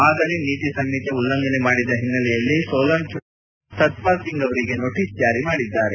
ಮಾದರಿ ನೀತಿ ಸಂಹಿತೆ ಉಲ್ಲಂಘನೆ ಮಾಡಿದ ಹಿನ್ನೆಲೆಯಲ್ಲಿ ಸೋಲನ್ ಚುನಾವಣಾಧಿಕಾರಿಯು ಸತ್ವಾಲ್ ಸಿಂಗ್ ಅವರಿಗೆ ನೋಟಿಸ್ ಜಾರಿ ಮಾಡಿದ್ದಾರೆ